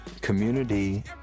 Community